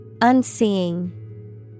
Unseeing